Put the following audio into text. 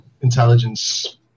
intelligence